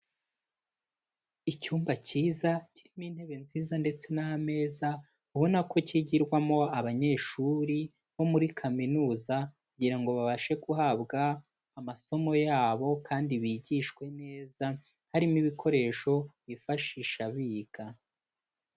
Icyumba kiza kirimo intebe nziza ndetse n'ameza ubona ko kigirwamo abanyeshuri bo muri Kaminuza kugira ngo babashe guhabwa amasomo yabo kandi bigishwe neza harimo ibikoresho bifashisha biga.